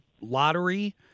lottery